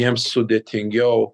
jiems sudėtingiau